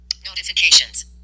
Notifications